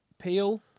Peel